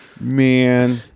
Man